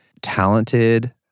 talented